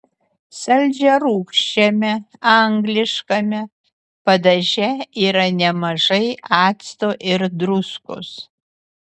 saldžiarūgščiame angliškame padaže yra nemažai acto ir druskos